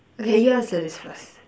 okay you answer this first